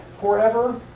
forever